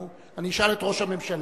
אני אשאל את ראש הממשלה.